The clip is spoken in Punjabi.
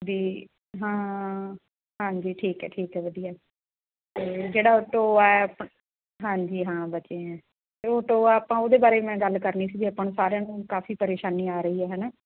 ਵੀ ਹਾਂ ਹਾਂਜੀ ਠੀਕ ਹੈ ਠੀਕ ਹੈ ਵਧੀਆ ਅਤੇ ਜਿਹੜਾ ਉਹ ਟੋਆ ਹਾਂਜੀ ਹਾਂ ਬਚੇ ਹੈ ਅਤੇ ਟੋਆ ਆਪਾਂ ਉਹਦੇ ਬਾਰੇ ਮੈਂ ਗੱਲ ਕਰਨੀ ਸੀ ਵੀ ਆਪਾਂ ਨੂੰ ਸਾਰਿਆਂ ਨੂੰ ਕਾਫੀ ਪਰੇਸ਼ਾਨੀ ਆ ਰਹੀ ਹੈ ਹੈ ਨਾ